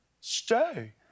stay